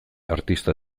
artista